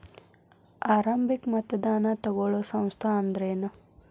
ಆರಂಭಿಕ್ ಮತದಾನಾ ತಗೋಳೋ ಸಂಸ್ಥಾ ಅಂದ್ರೇನು?